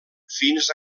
fins